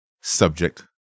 subject